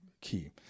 key